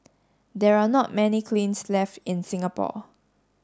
there are not many kilns left in Singapore